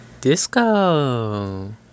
Disco